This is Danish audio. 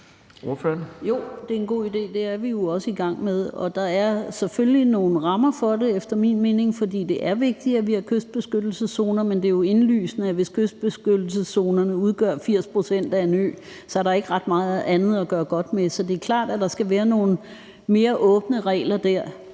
det er en god idé. Det er vi jo også i gang med. Der er selvfølgelig nogle rammer for det efter min mening, for det er vigtigt, at vi har kystbeskyttelseszoner. Men det er jo indlysende, at hvis kystbeskyttelseszonerne udgør 80 pct. af en ø, så er der ikke ret meget andet at gøre godt med. Så det er klart, at der skal være nogle mere åbne regler der.